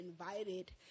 invited